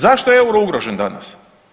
Zašto je euro ugrožen danas.